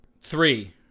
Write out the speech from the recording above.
Three